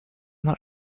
not